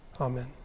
Amen